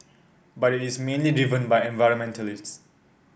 but is mainly driven by environmentalists